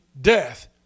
death